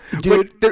Dude